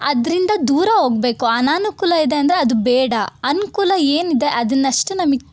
ಅದರಿಂದ ದೂರ ಹೋಗ್ಬೇಕು ಅನನುಕೂಲ ಇದೆ ಅಂದರೆ ಅದು ಬೇಡ ಅನುಕೂಲ ಏನಿದೆ ಅದ್ನ ಅಷ್ಟೇ ನಮಿಗೆ